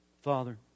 Father